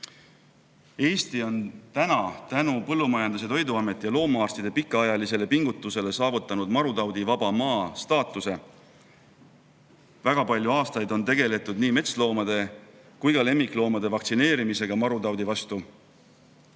Eesti on nüüdseks tänu Põllumajandus- ja Toiduameti ning loomaarstide pikaajalisele pingutusele saavutanud marutaudivaba maa staatuse. Väga palju aastaid on tegeldud nii metsloomade kui ka lemmikloomade vaktsineerimisega marutaudi vastu.